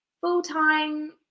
full-time